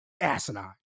asinine